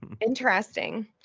Interesting